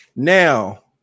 Now